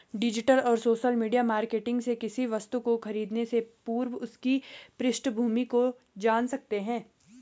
digital और social media marketing से किसी वस्तु को खरीदने से पूर्व उसकी पृष्ठभूमि को जान सकते है